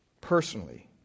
personally